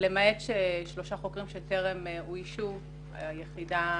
למעט שלושה חוקרים שטרם שובצו היחידה